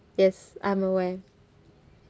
yes I'm aware